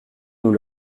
nous